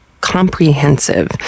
comprehensive